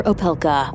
Opelka